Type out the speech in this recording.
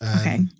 Okay